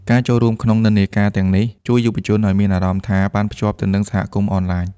ការចូលរួមក្នុងនិន្នាការទាំងនេះជួយយុវជនឱ្យមានអារម្មណ៍ថាបានភ្ជាប់ទៅនឹងសហគមន៍អនឡាញ។